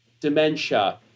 dementia